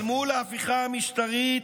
אל מול ההפיכה המשטרית,